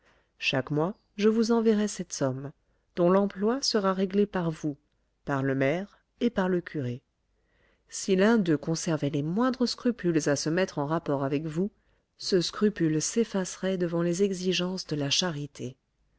chaque mois je vous enverrai cette somme dont l'emploi sera réglé par vous par le maire et par le curé si l'un d'eux conservait les moindres scrupules à se mettre en rapport avec vous ce scrupule s'effacerait devant les exigences de la charité